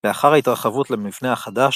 לאחר ההתרחבות למבנה החדש,